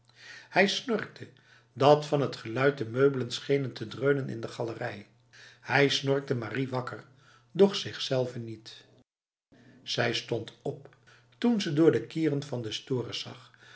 hij snorkte dat van t geluid de meubelen schenen te dreunen in de galerij hij snorkte marie wakker doch zichzelve niet zij stond op toen ze door de kieren van de stores zag